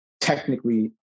technically